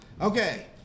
Okay